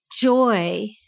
joy